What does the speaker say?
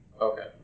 Okay